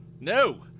No